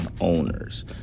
owners